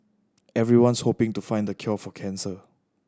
everyone's hoping to find the cure for cancer